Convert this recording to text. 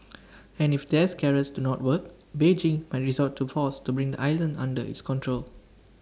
and if there's carrots do not work Beijing might resort to force to bring the island under its control